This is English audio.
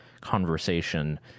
conversation